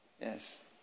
Yes